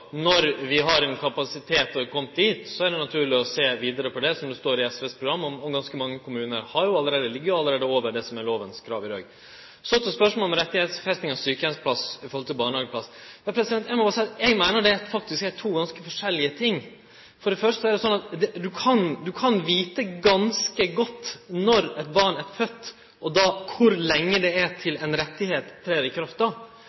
Når vi har kome dit at vi har kapasitet, er det naturleg å sjå vidare på det, som det står i SVs program. Ganske mange kommunar ligg jo allereie over det som er lovens krav i dag. Så til spørsmålet om rettsfesting av sjukeheimsplass i forhold til barnehageplass. Eg meiner at det faktisk er to ganske forskjellige ting. For det første er det sånn at ein veit godt når barnet er fødd, og kor lenge det er til